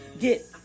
get